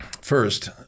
first